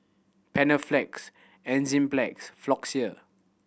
Panaflex Enzyplex Floxia